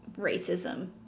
racism